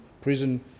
prison